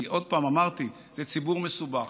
כי, שוב, אמרתי, זה ציבור מסובך.